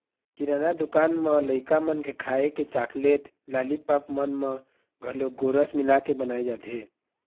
किराना दुकान म लइका मन के खाए के चाकलेट, लालीपॉप मन म घलोक गोरस मिलाके बनाए जाथे